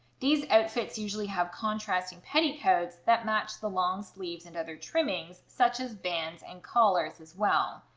these outfits usually have contrasting petticoats that match the long sleeves, and other trimmings such as bands and collars as well.